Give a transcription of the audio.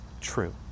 true